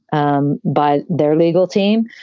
um but their legal team.